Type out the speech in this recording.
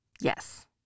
Yes